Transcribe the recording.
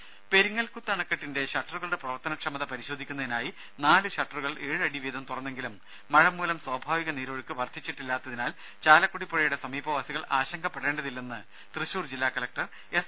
ദരര പെരിങ്ങൽകുത്ത് അണക്കെട്ടിന്റെ ഷട്ടറുകളുടെ പ്രവർത്തനക്ഷമത പരിശോധിക്കുന്നതിനായി നാല് ഷട്ടറുകൾ ഏഴ് അടി വീതം തുറന്നെങ്കിലും മഴ മൂലം സ്വാഭാവിക നീരൊഴുക്ക് വർധിച്ചിട്ടില്ലാത്തതിനാൽ ചാലക്കുടിപ്പുഴയുടെ സമീപവാസികൾ ആശങ്കപ്പെടേണ്ടതില്ലെന്ന് തൃശൂർ ജില്ലാ കലക്ടർ എസ്